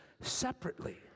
separately